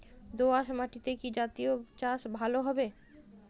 দোয়াশ মাটিতে কি জাতীয় চাষ ভালো হবে?